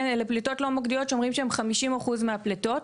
אלה פליטות לא מוקדיות שאומרים שהם 50% מהפליטות,